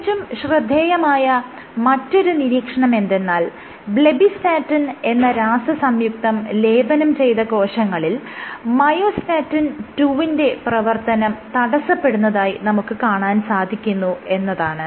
തികച്ചും ശ്രദ്ധേയമായ മറ്റൊരു നിരീക്ഷണമെന്തെന്നാൽ ബ്ലെബ്ബിസ്റ്റാറ്റിൻ എന്ന രാസസംയുക്തം ലേപനം ചെയ്ത കോശങ്ങളിൽ മയോസിൻ II വിന്റെ പ്രവർത്തനം തടസ്സപ്പെടുന്നതായി നമുക്ക് കാണാൻ സാധിക്കുന്നു എന്നതാണ്